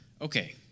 okay